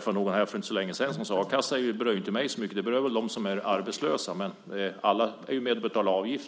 För inte så länge sedan träffade jag en person som sade: A-kassan berör inte så mycket mig, utan den berör väl de som är arbetslösa. Men alla är ju med och betalar avgiften.